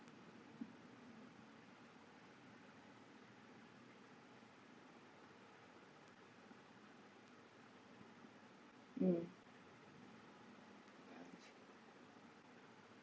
mm